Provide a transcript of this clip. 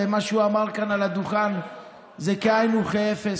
ומה שהוא אמר כאן על הדוכן זה כאין וכאפס